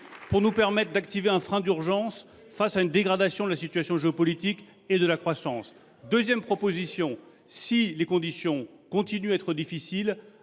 pour nous permettre d’activer un frein d’urgence face à la dégradation de la situation géopolitique et de la croissance. Deuxième proposition : si les conditions continuent à être difficiles,